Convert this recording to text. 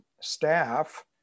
staff